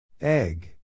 Egg